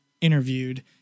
interviewed